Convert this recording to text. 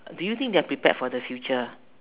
do you think they are prepared for the future